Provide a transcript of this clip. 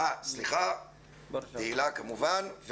סליחה, תהלה, כמובן.